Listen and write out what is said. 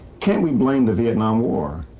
can we blame the vietnam war,